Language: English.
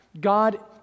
God